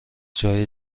جای